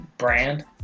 Brand